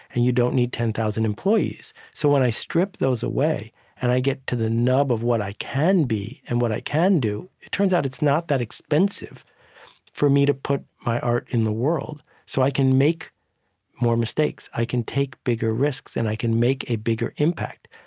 and you don't need ten thousand employees. so when i strip those away and i get to the nub of what i can be and what i can do, it turns out it's not that expensive for me to put my art in the world. so i can make more mistakes. i can take bigger risks. and i can make a bigger impact.